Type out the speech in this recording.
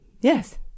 Yes